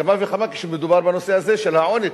כמה וכמה כשמדובר בנושא הזה של העוני,